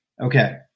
Okay